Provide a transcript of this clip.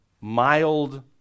mild